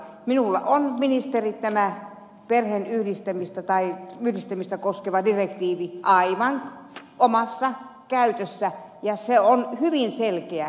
minulla on ministeri tämä perheenyhdistämistä koskeva direktiivi aivan omassa käytössä ja se on hyvin selkeä